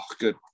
good